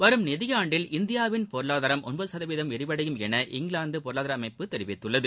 வரும் நிதியாண்டில் இந்தியாவின் பொருளாதாரம் ஒன்பது சுதவீதம் விரிவடையும் என இங்கிலாந்து பொருளாதார அமைப்பு தெரிவித்துள்ளது